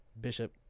Bishop